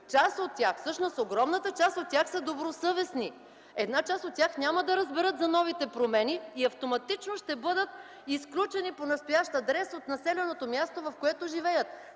са се пререгистрирали. Огромната част от тях са добросъвестни. Една част от тях няма да разберат за новите промени и автоматично ще бъдат изключени по настоящ адрес от населеното място, в което живеят.